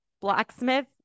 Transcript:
Blacksmith